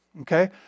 Okay